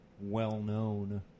well-known